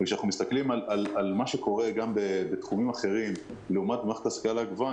וכשאנחנו מסתכלים על מה שקורה בתחומים אחרים לעומת מערכת ההשכלה הגבוהה,